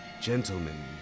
gentlemen